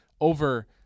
over